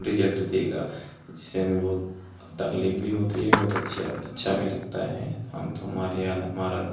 result देगा इससे हमें बहुत तकलीफ भी होती है बहुत अच्छे अ अच्छा भी लगता है हम तो हमारी याद हमारा